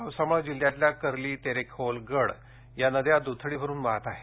पावसामुळे जिल्ह्यातल्या कर्ली तेरेखोल गड या नद्या दुथडी भरून वाहत आहेत